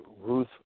Ruth